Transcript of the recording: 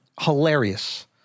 Hilarious